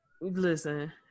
Listen